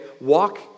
Walk